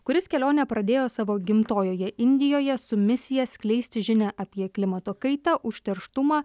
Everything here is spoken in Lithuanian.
kuris kelionę pradėjo savo gimtojoje indijoje su misija skleisti žinią apie klimato kaitą užterštumą